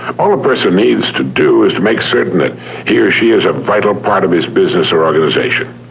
all a person needs to do is to make certain that he or she is a vital part of his business or organization.